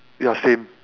ya same